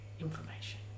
Information